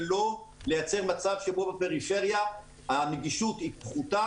ולא לייצר מצב שבו בפריפריה הנגישות היא פחותה